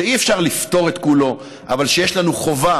שאי-אפשר לפתור את כולו אבל שיש לנו חובה